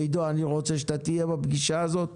עידו מירז, אני רוצה שאתה תהיה בפגישה הזאת